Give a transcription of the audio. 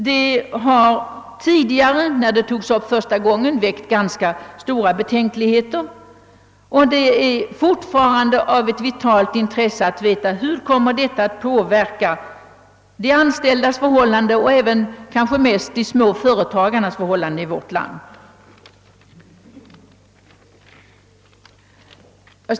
När dessa frågor första gången togs upp väckte de ganska stora betänkligheter, och det är alltjämt av vitalt intresse att veta hur en anslutning kommer att påverka de anställdas — och kanske ännu mer småföretagarnas — förhållanden här i landet.